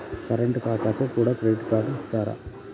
Current ఖాతాకు కూడా credit card ఇత్తరా?